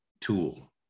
tool